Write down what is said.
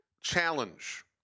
Challenge